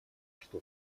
что